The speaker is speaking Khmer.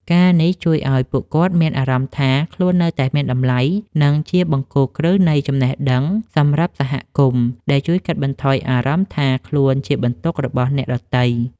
ការណ៍នេះជួយឱ្យពួកគាត់មានអារម្មណ៍ថា ខ្លួននៅតែមានតម្លៃ និងជាបង្គោលគ្រឹះនៃចំណេះដឹងសម្រាប់សហគមន៍ ដែលជួយកាត់បន្ថយអារម្មណ៍ថាខ្លួនជាបន្ទុករបស់អ្នកដទៃ។